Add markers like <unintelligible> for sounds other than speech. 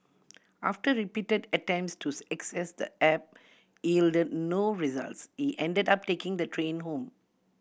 after repeated attempts to <unintelligible> excess the app yielded no results he ended up taking the train home